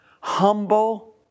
humble